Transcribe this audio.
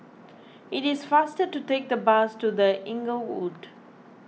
it is faster to take the bus to the Inglewood